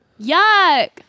Yuck